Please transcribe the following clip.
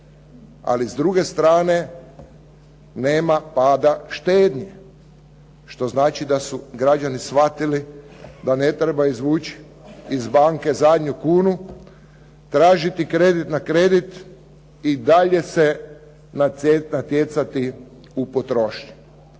Ali s druge strane nema pada štednje, što znači da su građani shvatili da ne treba izvući iz banke zadnju kunu, tražiti kredit na kredit i dalje se natjecati u potrošnji.